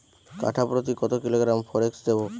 কাঠাপ্রতি কত কিলোগ্রাম ফরেক্স দেবো?